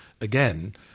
again